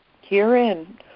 herein